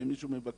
ואם מישהו מבקש,